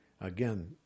again